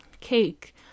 cake